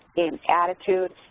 in attitude,